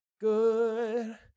Good